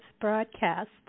broadcast